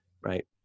right